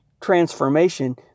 transformation